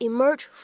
Emerge